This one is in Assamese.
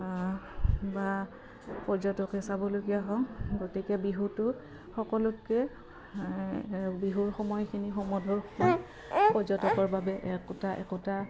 বা পৰ্যটকে চাবলগীয়া হওক গতিকে বিহুটো সকলোকে বিহুৰ সময়খিনি সুমধুৰ পৰ্যটকৰ বাবে একোটা একোটা